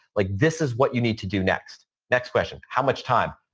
like, this is what you need to do next next question, how much time?